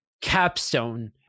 capstone